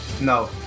No